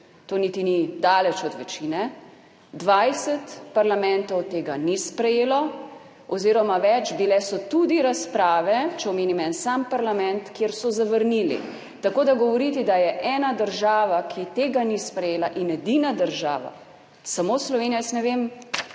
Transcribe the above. to niti ni daleč od večine. Dvajset parlamentov tega ni sprejelo oziroma več. Bile so tudi razprave, če omenim en sam parlament, kjer so zavrnili. Tako da govoriti, da je ena država, ki tega ni sprejela, in edina država samo Slovenija, jaz ne vem